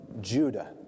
Judah